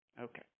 Okay